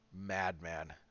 madman